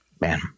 man